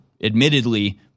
admittedly